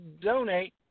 Donate